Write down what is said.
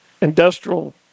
Industrial